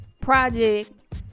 project